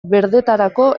berdetarako